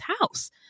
house